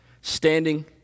standing